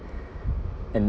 and